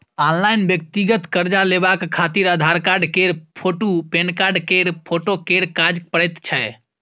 online व्यक्तिगत कर्जा लेबाक खातिर आधार कार्ड केर फोटु, पेनकार्ड केर फोटो केर काज परैत छै